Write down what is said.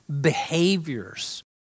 behaviors